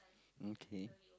okay